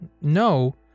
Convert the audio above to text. no